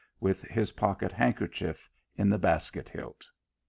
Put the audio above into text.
with his pocket handkerchief in the basket-hilt.